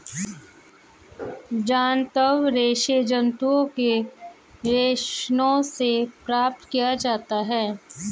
जांतव रेशे जंतुओं के रेशों से प्राप्त किया जाता है